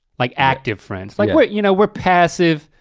like active friends. like wait you know, we're passive,